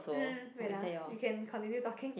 mm wait ah you can continue talking